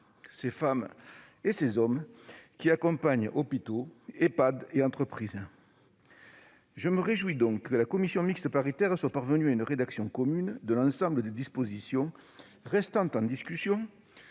ces femmes et ces hommes qui accompagnent hôpitaux, Ehpad et entreprises. Je me réjouis donc que la commission mixte paritaire soit parvenue à une rédaction commune de l'ensemble des dispositions restant en discussion,